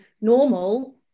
normal